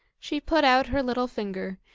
she put out her little finger,